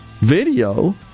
video